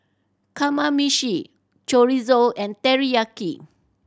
Kamameshi Chorizo and Teriyaki